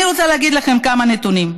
אני רוצה להגיד לכם כמה נתונים: